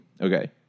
Okay